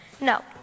No